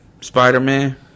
Spider-Man